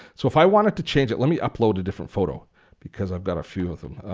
so if i wanted to change it let me upload a different photo because i've got a few of them.